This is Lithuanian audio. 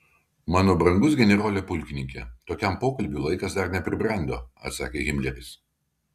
mano brangus generole pulkininke tokiam pokalbiui laikas dar nepribrendo atsakė himleris